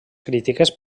crítiques